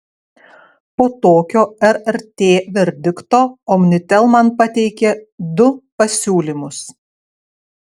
po tokio rrt verdikto omnitel man pateikė du pasiūlymus